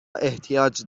احتیاج